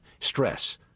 stress